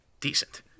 Decent